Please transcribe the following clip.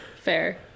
fair